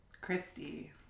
Christy